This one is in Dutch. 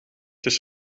dus